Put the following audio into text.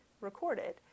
recorded